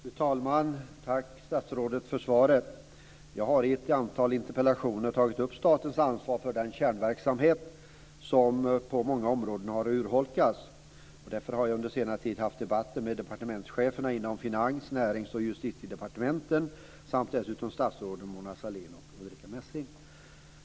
Fru talman! Tack, statsrådet, för svaret. Jag har i ett antal interpellationer tagit upp statens ansvar för den kärnverksamhet som på många områden har urholkats. Därför har jag under senare tid haft debatter med departementscheferna inom Finans-, Näringsoch Justitiedepartementen samt dessutom med statsråden Mona Sahlin och Ulrica Messing.